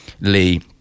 Lee